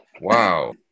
Wow